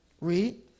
Read